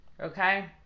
Okay